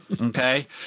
Okay